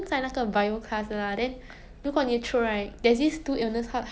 把那个 calories like burn off 很慢这样子